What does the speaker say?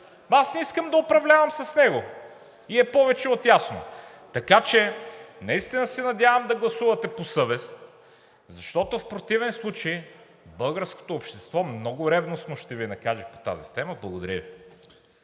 аз не искам да управлявам с него и е повече от ясно. Така че наистина се надявам да гласувате по съвест, защото в противен случай българското общество много ревностно ще Ви накаже по тази тема. Благодаря Ви.